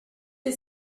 est